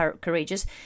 courageous